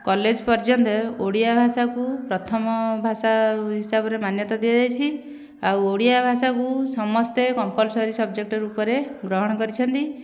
college ପର୍ଯ୍ୟନ୍ତ ଓଡ଼ିଆ ଭାଷାକୁ ପ୍ରଥମ ଭାଷା ହିସାବରେ ମାନ୍ୟତା ଦିଆଯାଇଛି ଆଉ ଓଡ଼ିଆ ଭାଷାକୁ ସମସ୍ତେ କମ୍ପଲସରି ସବଜେକ୍ଟ ରୂପରେ ଗ୍ରହଣ କରିଛନ୍ତି